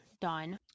done